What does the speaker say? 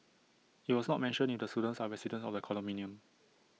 IT was not mentioned if the students are residents of the condominium